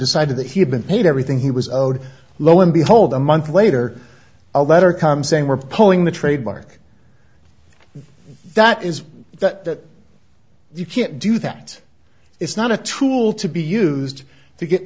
decided that he had been paid everything he was owed lo and behold a month later a letter come saying we're pulling the trademark that is that you can't do that it's not a tool to be used to get